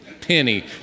penny